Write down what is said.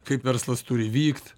kaip verslas turi vykt